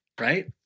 Right